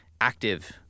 active